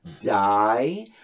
die